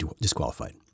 disqualified